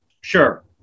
Sure